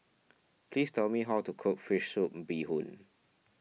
please tell me how to cook Fish Soup Bee Hoon